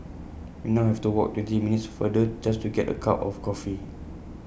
we now have to walk twenty minutes farther just to get A cup of coffee